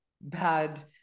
bad